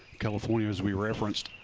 california, as we referenced,